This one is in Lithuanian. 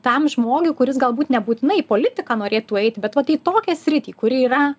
tam žmogui kuris galbūt nebūtinai į politiką norėtų eiti bet vat į tokią sritį kuri yra